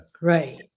Right